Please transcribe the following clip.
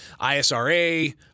ISRA